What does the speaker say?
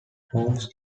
homes